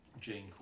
Jane